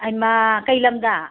ꯍꯩꯃꯥ ꯀꯩ ꯂꯝꯗ